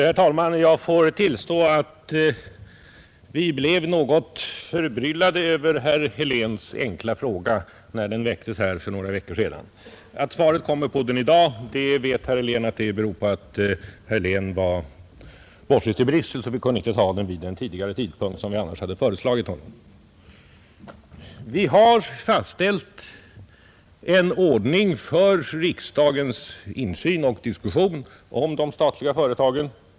Herr talman! Jag får tillstå att vi blev något förbryllade över herr Heléns enkla fråga när den väcktes här för några veckor sedan. Att svaret på den kommer först i dag vet herr Helén orsaken till. Det beror på att herr Helén var bortrest till Bryssel vid den tidigare tidpunkt, som vi annars hade föreslagit honom. Vi har fastställt en ordning för riksdagens insyn i och diskussion om de statliga företagen.